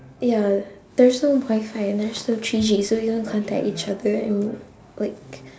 ya there's no WIFI and there's no three G so you can't contact each other and like